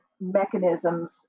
mechanisms